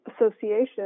association